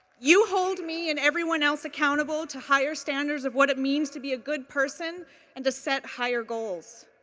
you hold me and everyone else accountable to higher standards of what it means to be a good person and set higher goals.